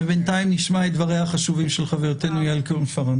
ובינתיים נשמע את דבריה החשובים של חברתנו יעל כהן-פארן,